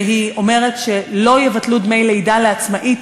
והיא אומרת שלא יבטלו דמי לידה לעצמאית